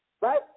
right